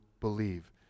believe